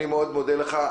אני מאוד מודה לך.